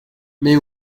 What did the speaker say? mais